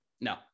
No